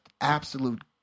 absolute